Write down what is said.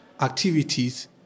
activities